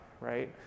right